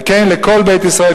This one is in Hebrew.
וכן לכל בית ישראל,